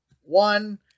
One